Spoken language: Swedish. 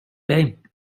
dig